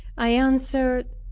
i answered,